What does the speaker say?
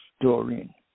Doreen